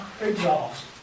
exhaust